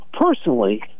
personally